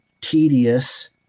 tedious